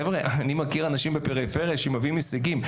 חבר'ה, אני מכיר אנשים בפריפריה שמביאים הישגים.